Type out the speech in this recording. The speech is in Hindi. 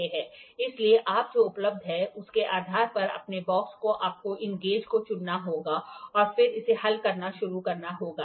इसलिए आप जो उपलब्ध हैं उसके आधार पर अपने बॉक्स में आपको इन गेज को चुनना होगा और फिर इसे हल करना शुरू करना होगा